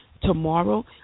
Tomorrow